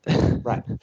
right